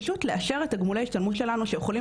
פשוט לאשר את גמולי ההשתלמות שלנו שיכולים